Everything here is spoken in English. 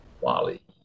Wally